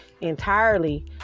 entirely